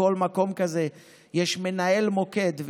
בכל מקום כזה יש מנהל מוקד,